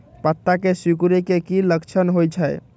पत्ता के सिकुड़े के की लक्षण होइ छइ?